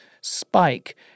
spike